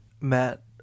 Matt